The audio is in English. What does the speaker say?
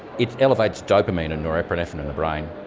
it elevates dopamine and norepinephrine in the brain.